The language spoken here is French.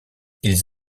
ils